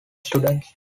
students